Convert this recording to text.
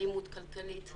אלימות כלכלית.